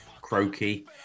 croaky